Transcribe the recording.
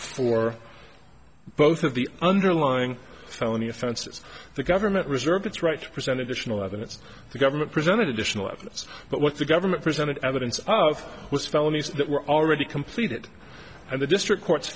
for both of the underlying felony offenses the government reserved its right present additional evidence the government presented additional evidence but what the government presented evidence of was felonies that were already completed and the district court